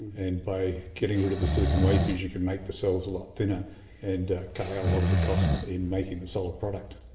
and by getting rid of the silicon wafers you can make the cells a lot thinner and cut out a lot of the cost in making the solar product.